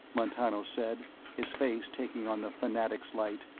montano said, his face taking on the fanatic's light,